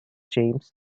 james